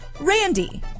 Randy